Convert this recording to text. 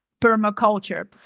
permaculture